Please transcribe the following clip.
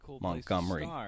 Montgomery